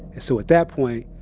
so, at that point,